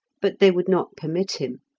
but they would not permit him.